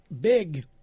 big